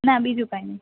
ના બીજું કાઇ નઇ